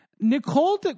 Nicole